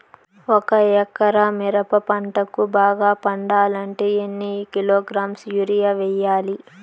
ఒక ఎకరా మిరప పంటకు బాగా పండాలంటే ఎన్ని కిలోగ్రామ్స్ యూరియ వెయ్యాలి?